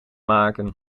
maken